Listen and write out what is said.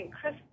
Chris